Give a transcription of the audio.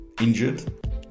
injured